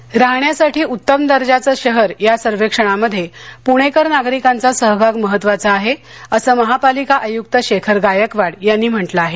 सर्वेक्षण राहण्यासाठी उत्तम दर्जाचे शहर या सर्वेक्षणामध्ये प्णेकर नागरिकांचा सहभाग महत्त्वाचा आहे असं महापालिका आयुक्त शेखर गायकवाड यांनी म्हटलं आहे